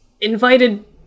invited